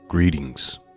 Greetings